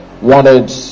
wanted